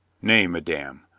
nay, madame,